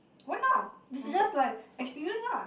why not you should just like experience ah